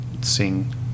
sing